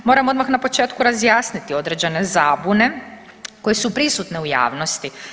Moram odmah na početku razjasniti određene zabune koje su prisutne u javnosti.